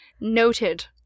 Noted